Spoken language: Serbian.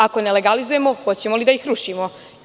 Ako ne legalizujemo, hoćemo li da ih rušimo?